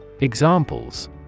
Examples